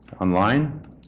Online